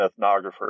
ethnographer